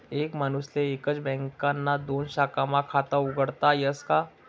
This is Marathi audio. एक माणूसले एकच बँकना दोन शाखास्मा खातं उघाडता यस का?